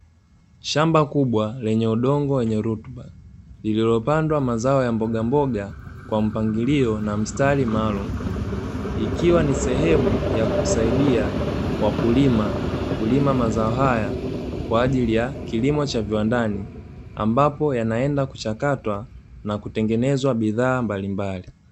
Shamba kubwa lenye udongo wenye rutuba lililopandwa mazao ya mbogamboga kwa mpangilio na mstari maalumu, ikiwa ni sehemu ya kusaidia wakulima kulima mazao haya kwa ajili ya kilimo cha viwandani ambapo yanaenda kuchakatwa na kutengenezwa bidhaa mbalimbali.